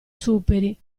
superi